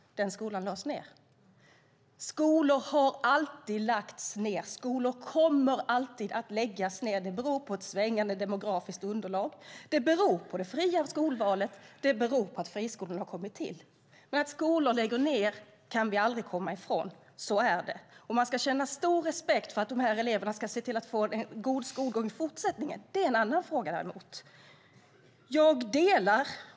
Den skolan lades ned. Skolor har alltid lagts ned. Skolor kommer alltid att läggas ned. Det beror på ett svängande demografiskt underlag, och det beror på det fria skolvalet - det beror på att friskolorna har kommit till. Att skolor lägger ned kan vi dock aldrig komma ifrån. Så är det. Man ska känna stor respekt för att dessa elever ska få en god skolgång i fortsättningen, men det är en annan fråga.